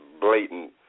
blatant